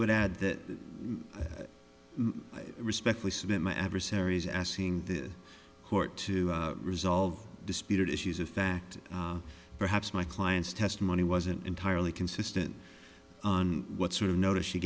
would add that i respectfully submit my adversaries asking the court to resolve disputed issues of fact perhaps my client's testimony wasn't entirely consistent on what sort of notice she